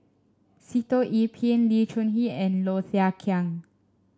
Sitoh Yih Pin Lee Choon Kee and Low Thia Khiang